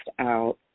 out